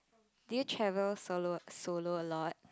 did you travel solo solo a lot